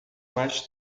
mais